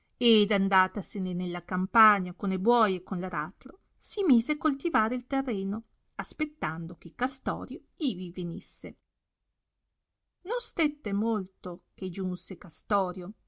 ed andatasene alla campagna con e buoi e con l'aratro si mise a coltivare il terreno aspettando che castorio ivi venisse non stette molto che giunse castorio